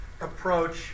approach